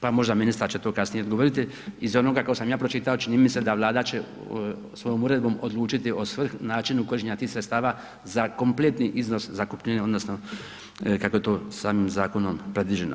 Pa možda ministar će to kasnije odgovoriti, iz onoga kako sam ja pročitao, čini mi se da Vlada će svojom uredbom odlučiti o načinu korištenja tih sredstava za kompletni iznos zakupnine, odnosno kako je to stvarnim zakonom predviđeno.